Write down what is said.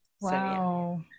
Wow